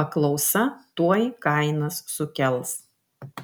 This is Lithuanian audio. paklausa tuoj kainas sukels